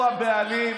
הוא הבעלים.